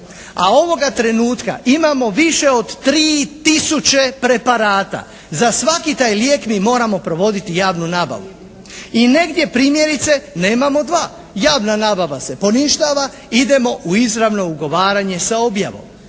a ovoga trenutka imamo više od 3 tisuće preparata, za svaki taj lijek mi moramo provoditi javnu nabavu. I negdje primjerice nemamo 2. Javna nabava se poništava, idemo u izravno ugovaranje sa objavom,